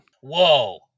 Whoa